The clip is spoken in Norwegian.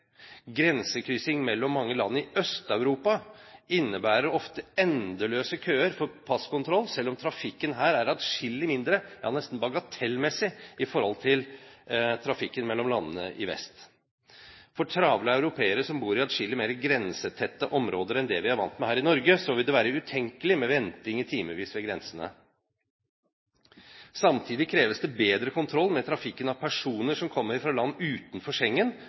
mellom mange land i Øst-Europa innebærer ofte endeløse køer for passkontroll, selv om trafikken her er atskillig mindre, ja nesten bagatellmessig, i forhold til trafikken mellom landene i vest. For travle europeere som bor i atskillig mer grensetette områder enn det vi er vant med her i Norge, vil det være utenkelig med venting i timevis ved grensene. Samtidig kreves det bedre kontroll med trafikken av personer som kommer fra land utenfor